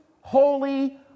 holy